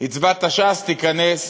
הצבעת ש"ס, תיכנס.